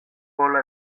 sola